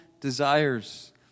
desires